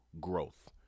growth